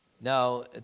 Now